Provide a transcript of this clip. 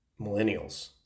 millennials